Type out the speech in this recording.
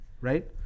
right